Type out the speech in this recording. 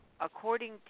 according